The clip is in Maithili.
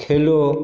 खेलो